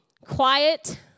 quiet